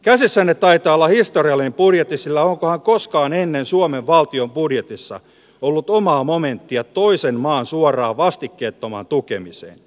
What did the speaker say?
käsissänne taitaa olla historiallinen budjetti sillä onkohan koskaan ennen suomen valtion budjetissa ollut omaa momenttia toisen maan suoraan vastikkeettomaan tukemiseen